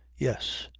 yes.